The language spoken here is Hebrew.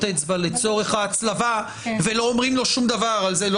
אצבע לצורך ההצלבה ולא אומרים לו שום דבר על זה.